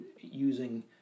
using